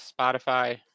Spotify